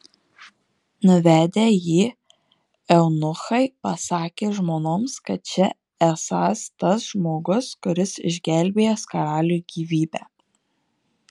nuvedę jį eunuchai pasakė žmonoms kad čia esąs tas žmogus kuris išgelbėjęs karaliui gyvybę